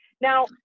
Now